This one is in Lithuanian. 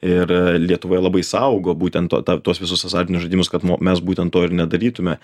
ir lietuvoj labai saugo būtent ta ta tuos visus azartinius žaidimus kad mo mes būtent to ir nedarytume